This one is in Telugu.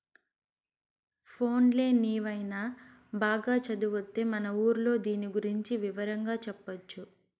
పోన్లే నీవైన బాగా చదివొత్తే మన ఊర్లో దీని గురించి వివరంగా చెప్పొచ్చు